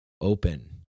open